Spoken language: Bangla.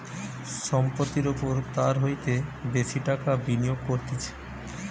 সম্পত্তির ওপর তার হইতে বেশি টাকা বিনিয়োগ করতিছে